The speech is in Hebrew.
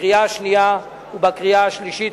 בקריאה השנייה ובקריאה השלישית.